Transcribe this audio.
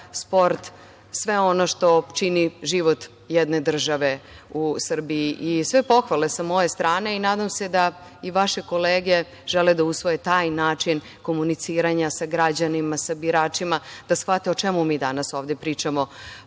sport, sve ono što čini život jedne države u Srbiji. Sve pohvale sa moje strane i nadam se da i vaše kolege žele da usvoje taj način komuniciranja sa građanima, sa biračima, da shvate o čemu mi danas ovde pričamo